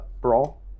brawl